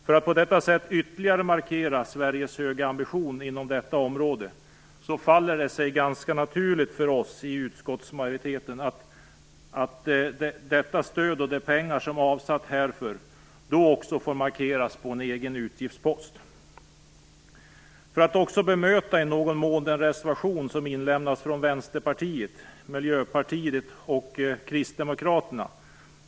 För att ytterligare markera Sveriges höga ambition inom detta område, faller det sig ganska naturligt för oss i utskottsmajoriteten att stödet och de pengar som avsetts härför då också får markeras på en egen utgiftspost. Jag vill i någon mån också bemöta den reservation som inlämnats av Vänsterpartiet, Miljöpartiet och Kristdemokraterna.